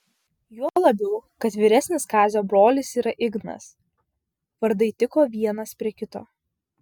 juo labiau kad vyresnis kazio brolis yra ignas vardai tiko vienas prie kito